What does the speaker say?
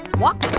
walk,